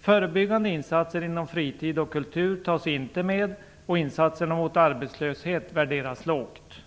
Förebyggande insatser inom fritid och kultur tas inte med, och insatserna mot arbetslöshet värderas lågt.